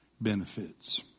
benefits